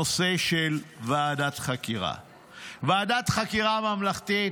בנושא ועדת החקירה הממלכתית